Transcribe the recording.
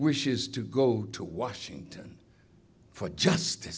wishes to go to washington for just